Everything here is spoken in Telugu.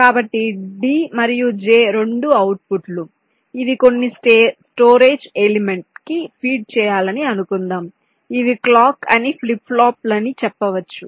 కాబట్టి D మరియు J రెండు అవుట్పుట్లు ఇవి కొన్ని స్టోరేజ్ ఎలిమెంట్ కి ఫీడ్ చేయాలని అనుకుందాం ఇవి క్లాక్ అని ఫ్లిప్ ఫ్లాప్లు అని చెప్పవచ్చు